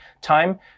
time